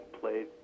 played